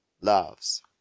loves